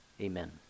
amen